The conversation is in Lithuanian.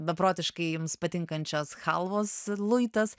beprotiškai jums patinkančios chalvos luitas